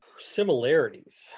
Similarities